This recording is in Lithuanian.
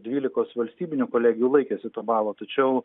dvylikos valstybinių kolegijų laikėsi to balo tačiau